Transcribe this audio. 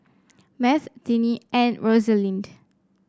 Math Tinnie and Rosalind